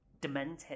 demented